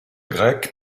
grecque